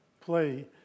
play